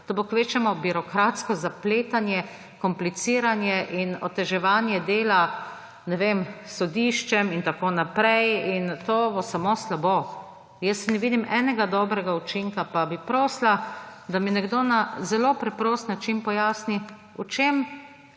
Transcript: to bo kvečjemu birokratsko zapletanje, kompliciranje in oteževanje dela sodiščem in tako naprej. In to bo samo slabo. Jaz ne vidim enega dobrega učinka. Pa bi prosila, da mi nekdo na zelo preprost način pojasni, v čem